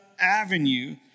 avenue